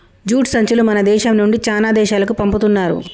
jute సంచులు మన దేశం నుండి చానా దేశాలకు పంపుతున్నారు